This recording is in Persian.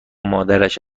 مادرش